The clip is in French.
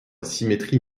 symétrie